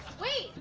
wait!